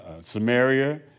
Samaria